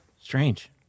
Strange